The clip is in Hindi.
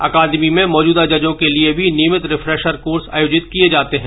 अकादमी में मौजूदा जजों के लिए भी नियमित रिफ्रेशर कोर्स आयोजित किए जाते हैं